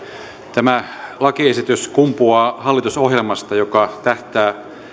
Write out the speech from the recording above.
tämä lakiesitys kumpuaa hallitusohjelmasta joka tähtää